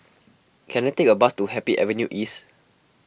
can I take a bus to Happy Avenue East